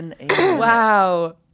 Wow